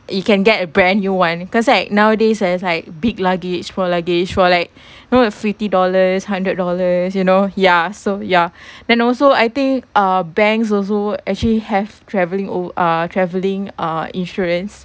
you can get a brand new one cause like nowadays there's like big luggage small luggage for like know fifty dollars hundred dollars you know ya so ya then also I think uh banks also actually have travelling or uh travelling uh insurance